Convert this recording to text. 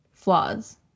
flaws